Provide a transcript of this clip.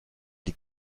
die